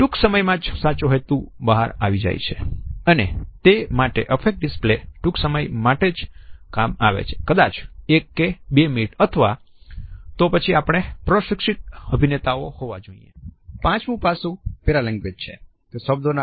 ટૂંક સમયમાં જ સાચો હેતુ બહાર આવી જાય છે અને તે માટે અફેક્ટ ડિસ્પ્લે એ ટૂંક સમય માટે જ કામ આવે છે કદાચ એક કે બે મિનીટ કા તો પછી આપણે પ્રશિક્ષિત અભિનેતા હોવા પાંચમું પાસું પેરા લેંગ્વેજ છે